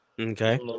Okay